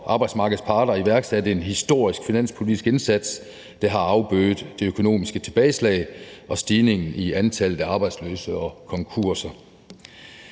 arbejdsmarkedets parter iværksat en historisk finanspolitisk indsats, der har afbødet det økonomiske tilbageslag, stigningen i antallet af arbejdsløse og konkurser.